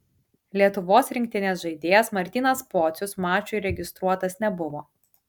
lietuvos rinktinės žaidėjas martynas pocius mačui registruotas nebuvo